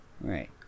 Right